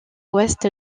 ouest